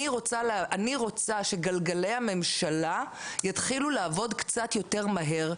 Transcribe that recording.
אני רוצה שגלגלי הממשלה יתחילו לעבוד קצת יותר מהר,